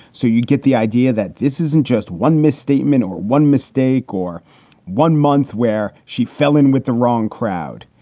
so you get the idea that this isn't just one misstatement or one mistake or one month where she fell in with the wrong crowd.